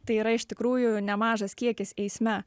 tai yra iš tikrųjų nemažas kiekis eisme